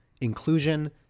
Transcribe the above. inclusion